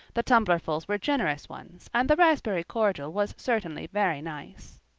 the tumblerfuls were generous ones and the raspberry cordial was certainly very nice.